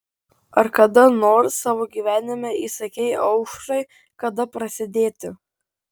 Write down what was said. ar kada nors savo gyvenime įsakei aušrai kada prasidėti